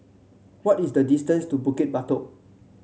what is the distance to Bukit Batok